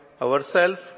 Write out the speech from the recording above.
ourself